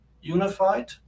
unified